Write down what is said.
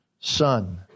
Son